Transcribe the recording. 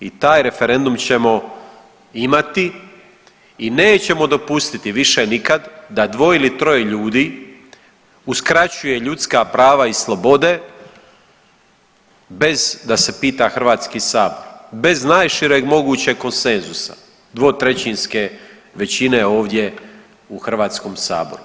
I taj referendum ćemo imati i nećemo dopustiti više nikad da dvoje ili troje ljudi uskraćuje ljudska prava i slobode bez da se pita Hrvatski sabor, bez najšireg mogućeg konsenzusa 2/3 većine ovdje u Hrvatskom saboru.